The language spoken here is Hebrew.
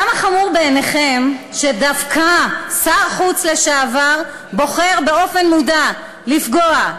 כמה חמור בעיניכם שדווקא שר חוץ לשעבר בוחר באופן מודע לפגוע,